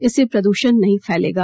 इससे प्रद्षण नहीं फैलेगा